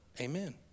Amen